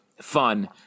fun